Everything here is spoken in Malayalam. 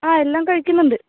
ആ എല്ലാം കഴിക്കുന്നുണ്ട്